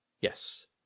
Yes